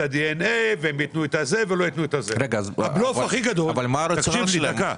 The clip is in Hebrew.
מה הרצונות שלהם?